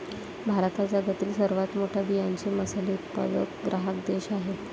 भारत हा जगातील सर्वात मोठा बियांचे मसाले उत्पादक ग्राहक देश आहे